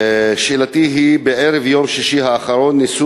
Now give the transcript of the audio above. שאלתי היא: בערב יום שישי האחרון ניסו